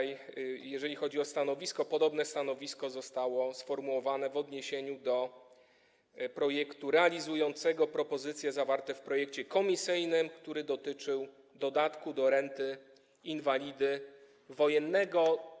Jeżeli chodzi o stanowisko, to podobne stanowisko zostało sformułowane w odniesieniu do projektu realizującego propozycje zawarte w projekcie komisyjnym, który dotyczył dodatku do renty inwalidy wojennego.